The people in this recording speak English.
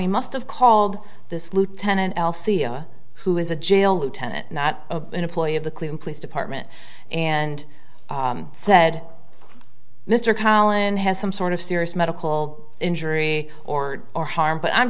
cari must have called this lieutenant l c a who is a jail lieutenant not an employee of the clean place department and said mr callan has some sort of serious medical injury or or harm but i'm